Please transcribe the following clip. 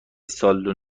سال